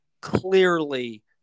clearly